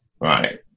right